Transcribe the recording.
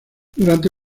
durante